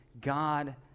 god